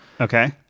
okay